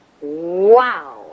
Wow